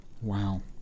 Wow